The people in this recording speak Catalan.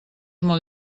molt